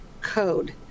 code